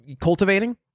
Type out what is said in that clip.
cultivating